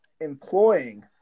employing